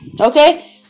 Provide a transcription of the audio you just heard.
okay